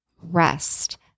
rest